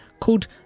called